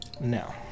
Now